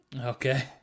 Okay